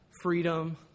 freedom